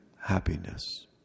happiness